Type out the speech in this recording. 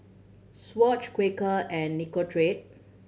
Swatch Quaker and Nicorette